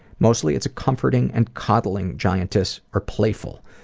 mostly it's a comforting and coddling giantess or playful.